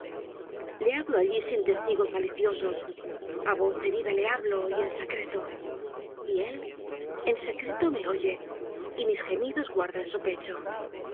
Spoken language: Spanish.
le habló allí sin testigos maliciosos á voz herida le hablo y en secreto y él en secreto me oye y mis gemidos guarda en su pecho